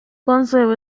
gonzo